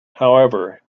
however